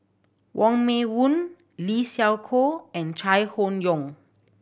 Wong Meng Voon Lee Siew Choh and Chai Hon Yoong